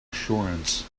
assurance